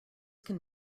can